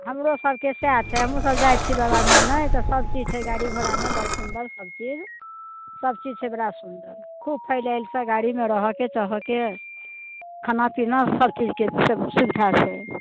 हमरो सबके सहए छै हमहुँ सब जाइत छी बाबाधाम नहि तऽ सब चीज छै गाड़ी घोड़ामे बड़ सुंदर सब चीज सब चीज छै बड़ा सुंदर खूब फैल एलसँ गाड़ीमे रहऽ के सहऽके खाना पीना सब चीजके सुविधा छै